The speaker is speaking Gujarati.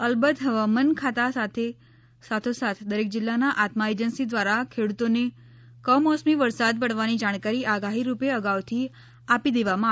અલબત હવામાન ખાતા સાથો સાથ દરેક જિલ્લાની આત્મા એજન્સી દ્વારા ખેડૂતોને કમોસમી વરસાદ પડવાની જાણકારી આગાહી રૂપે અગાઉથી આપી દેવામાં આવી હતી